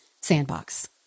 sandbox